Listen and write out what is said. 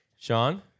Sean